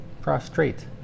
prostrate